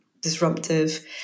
disruptive